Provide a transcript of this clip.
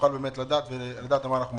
שנוכל לדעת על מה אנחנו מצביעים.